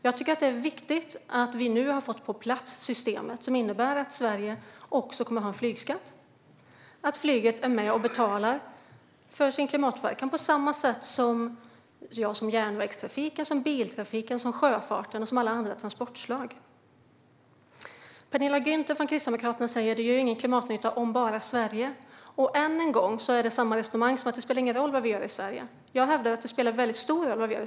Jag tycker att det är viktigt att systemet är på plats, vilket innebär att Sverige kommer att ha en flygskatt, det vill säga att flyget är med och betalar för sin klimatpåverkan på samma sätt som järnvägstrafiken, biltrafiken, sjöfarten och alla andra transportslag. Penilla Gunther från Kristdemokraterna säger att det inte blir någon klimatnytta om bara Sverige deltar. Än en gång är det samma resonemang om att det inte spelar någon roll vad vi gör i Sverige. Jag hävdar att det spelar en stor roll vad vi gör.